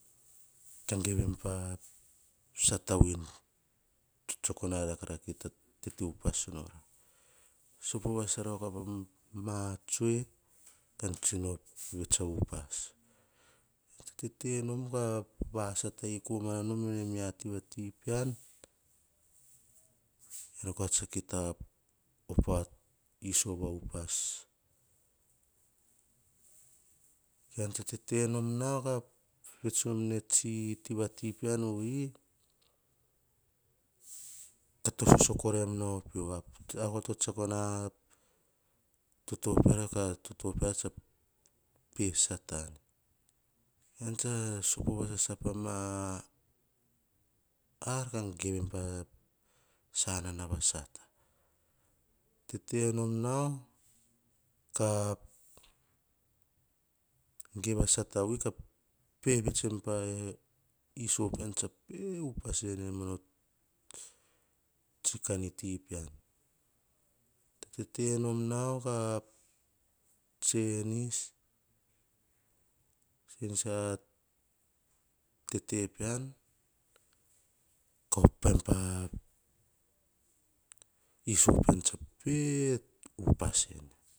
Ka geve pa sata vui, tsutsuk nor ara kara kita tete upas nora. Sopo vasasa rova kora pa ma tsoe, kam tsino vets a upas. Tete nom ka vasatai komana nom vene miati pean, eara kora tsa kita op apus. Ean te tete nom nao ka, ve tsun ne tsi tivati pean vi, ka to soso koraim nao pio. Ar kora to tsekseoko na toto peara, ka toto peara tsa pe satan. Ean tsa sopo vasasa pa ma ar, ka govem pa sanana va satan. Tete nom nao ka geve a sata vui ka pe vets pa iso pean tsa pe upas ene mono tsi ka niti pean. Tete nom nao ka tsenis, tsenis a tete pean, ka op paim pa iso piam tsa pe upas ene.